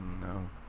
No